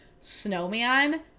snowman